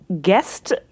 guest